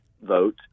vote